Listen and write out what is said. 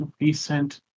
recent